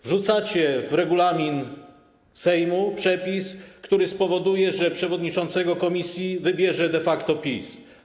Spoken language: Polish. Wrzucacie do regulaminu Sejmu przepis, który spowoduje, że przewodniczącego komisji wybierze de facto PiS.